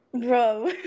bro